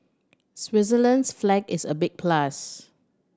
Switzerland's flag is a big plus